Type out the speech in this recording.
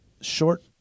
short